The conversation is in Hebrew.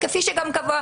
כפי שגם קבוע